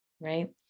right